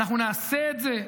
אנחנו נעשה את זה.